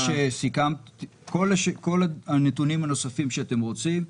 כל הנתונים הנוספים שאתם רוצים,